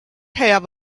have